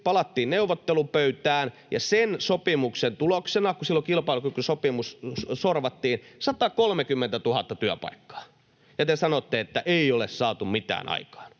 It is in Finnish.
palattiin neuvottelupöytään, ja sen sopimuksen tuloksena kilpailukykysopimus sorvattiin silloin, tuli 130 000 työpaikkaa, ja te sanotte, että ei ole saatu mitään aikaan,